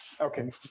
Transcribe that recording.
okay